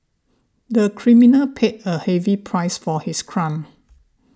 the criminal paid a heavy price for his crime